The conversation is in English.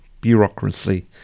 bureaucracy